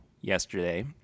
yesterday